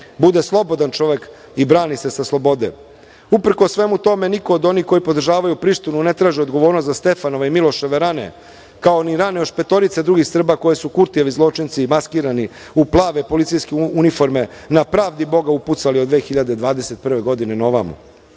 bude slobodan čovek i brani se sa slobode. Uprkos svemu tome, niko od onih koji podržavaju Prištinu ne traže odgovornost za Stefanove i Miloševe rane, kao ni rane do još petorice drugih Srba koje su Kurtijevi zločinci maskirani u plave policijske uniforma na pravdi Boga upucali 2021. godine na ovamo.